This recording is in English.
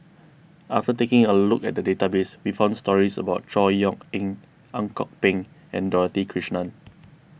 after taking a look at the database we found stories about Chor Yeok Eng Ang Kok Peng and Dorothy Krishnan